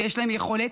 ויש להם יכולת,